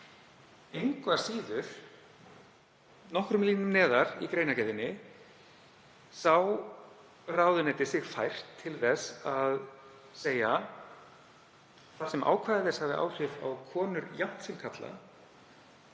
Engu að síður, nokkrum línum neðar í greinargerðinni, sá ráðuneytið sig fært til þess að segja að ákvæði þess hafi áhrif á konur jafnt